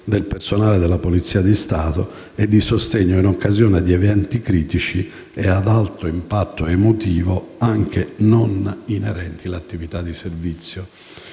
nel personale della Polizia di Stato e di sostegno in occasione di eventi critici e ad alto impatto emotivo anche non inerenti ad attività di servizio.